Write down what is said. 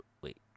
wait